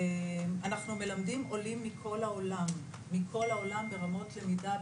אנחנו מלמדים עולים מכל העולם ברמות למידה,